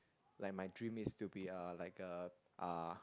like my dream is to be a like a uh